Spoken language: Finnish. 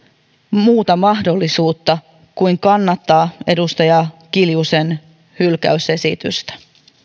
muuta mahdollisuutta kuin kannattaa edustaja kiljusen hylkäysesitystä